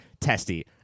testy